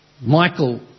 Michael